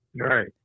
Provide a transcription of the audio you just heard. Right